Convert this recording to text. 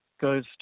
goes